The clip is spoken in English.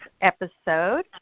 episode